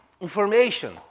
information